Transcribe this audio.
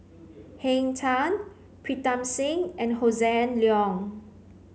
Henn Tan Pritam Singh and Hossan Leong